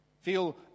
feel